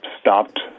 stopped